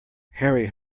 harry